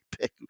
pick